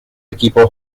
equipos